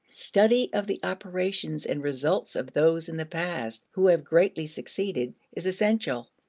study of the operations and results of those in the past who have greatly succeeded is essential.